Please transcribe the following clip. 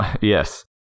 Yes